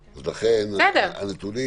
לכן, הנתונים